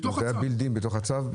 זה בילט אין בתוך הצו.